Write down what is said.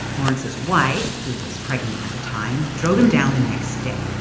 lawrence's wife, who was pregnant at the time, drove him down the next day.